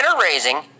raising